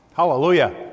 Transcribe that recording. Hallelujah